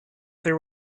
there